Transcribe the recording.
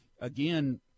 again